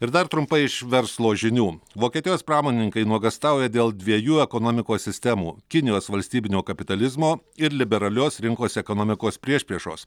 ir dar trumpai iš verslo žinių vokietijos pramonininkai nuogąstauja dėl dviejų ekonomikos sistemų kinijos valstybinio kapitalizmo ir liberalios rinkos ekonomikos priešpriešos